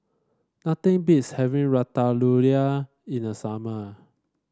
nothing beats having Ratatouille in the summer